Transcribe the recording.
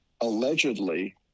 allegedly